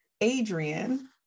Adrian